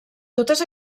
totes